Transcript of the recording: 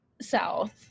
south